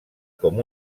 com